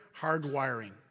hardwiring